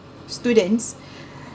students